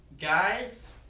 guys